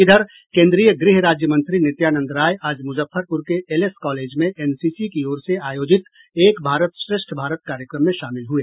इधर कोन्द्रीय गृह राज्य मंत्री नित्यानंद राय आज मुजफ्फरपुर के एलएस कॉलेज में एनसीसी की ओर से आयोजित एक भारत श्रेष्ठ भारत कार्यक्रम में शामिल हुए